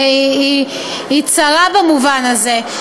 היא צרה במובן הזה.